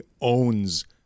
owns